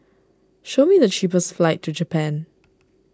show me the cheapest flights to Japan